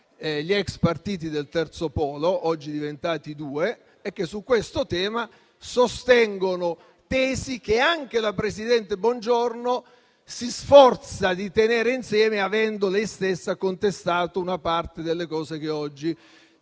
gli ex partiti del terzo polo, che oggi sono diventati due e che su questo tema sostengono tesi che anche la presidente Bongiorno si sforza di tenere insieme, avendo lei stessa contestato una parte delle cose su cui oggi